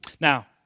Now